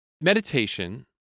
meditation